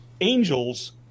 angels